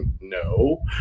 No